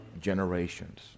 generations